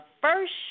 first